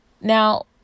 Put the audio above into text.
Now